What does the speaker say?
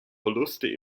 verluste